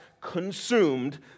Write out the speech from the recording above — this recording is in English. consumed